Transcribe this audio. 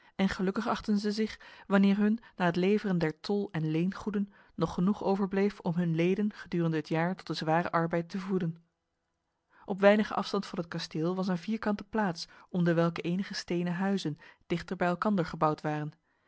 en gelukkig achtten zij zich wanneer hun na het leveren der tol en leengoeden nog genoeg overbleef om hun leden gedurende het jaar tot de zware arbeid te voeden op weinige afstand van het kasteel was een vierkante plaats om dewelke enige stenen huizen dichter bij elkander gebouwd waren